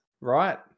right